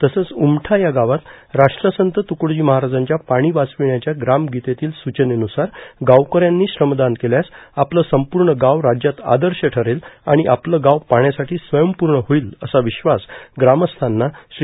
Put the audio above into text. तसंच उमठा या गावात राष्ट्रसंत त्रकडोजी महाराजांच्या पाणी वाचविण्याच्या ग्रामगीतेतील सुचनेन्रसार गावकऱ्यांनी श्रमदान केल्यास आपलं संपूर्ण गाव राज्यात आदर्श ठरेल आणि आपलं गाव पाण्यासाठी स्वयंपूर्ण होईल असा विश्वास ग्रामस्थांना श्री